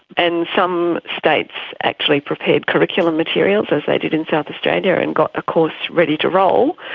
and some states actually prepared curriculum materials, as they did in south australia, and got a course ready to roll.